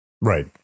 right